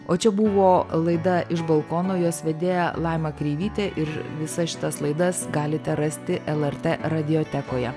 o čia buvo laida iš balkono jos vedėja laima kreivytė ir visas šitas laidas galite rasti lrt radiotekoje